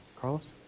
Carlos